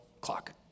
clock